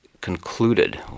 concluded